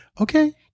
Okay